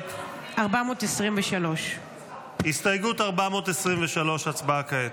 וכעת הסתייגות 423. הצבעה כעת.